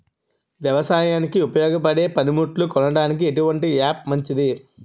వ్యవసాయానికి ఉపయోగపడే పనిముట్లు కొనడానికి ఎటువంటి యాప్ మంచిది?